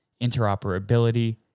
interoperability